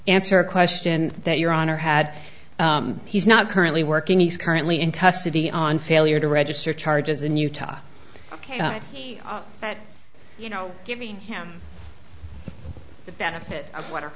answer a question that your honor had he's not currently working he's currently in custody on failure to register charges in utah ok but you know giving him the benefit of what